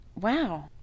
wow